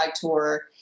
tour